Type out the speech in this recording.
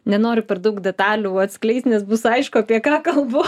nenoriu per daug detalių atskleist nes bus aišku apie ką kalbu